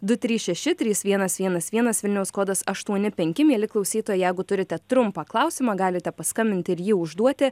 du trys šeši trys vienas vienas vienas vilniaus kodas aštuoni penki mieli klausytojai jeigu turite trumpą klausimą galite paskambinti ir jį užduoti